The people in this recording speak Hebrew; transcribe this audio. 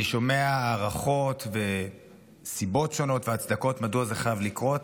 אני שומע הערכות וסיבות שונות והצדקות מדוע זה חייב לקרות,